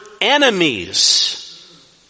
enemies